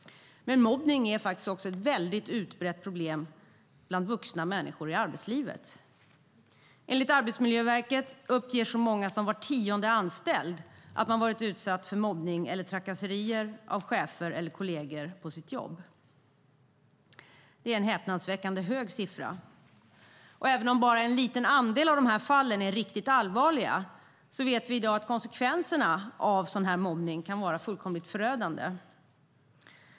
Mobbning är dock ett utbrett fenomen också bland vuxna människor i arbetslivet. Enligt Arbetsmiljöverket uppger så många som var tionde anställd att man varit utsatt för mobbning eller trakasserier av chefer eller kolleger på sitt jobb. Det är en häpnadsväckande hög siffra. Även om bara en liten andel av de här fallen är riktigt allvarliga vet vi i dag att konsekvenserna av mobbning kan vara fullkomligt förödande.